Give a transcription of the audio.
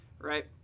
right